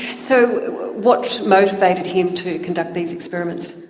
so what motivated him to conduct these experiments?